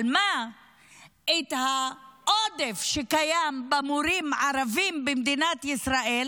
אבל העודף במורים ערבים שקיים במדינת ישראל,